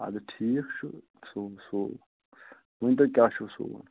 اَدٕ ٹھیٖک چھُ سُووَو سُووَو ؤنۍتَو کیٛاہ چھُو سُووُن